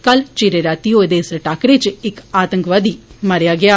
कल चिरे रातीं होए दे इस टाकरे च इक आतंकवादी मारेआ गेआ